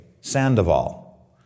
Sandoval